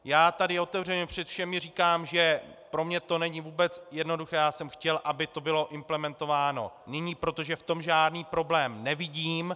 Já tady otevřeně před všemi říkám, že pro mě to není vůbec jednoduché, já jsem chtěl, aby to bylo implementováno nyní, protože v tom žádný problém nevidím.